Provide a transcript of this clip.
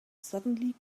suddenly